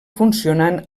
funcionant